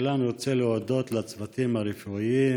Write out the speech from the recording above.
תחילה אני רוצה להודות לצוותים הרפואיים